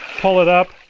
pull it up,